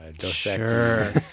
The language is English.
Sure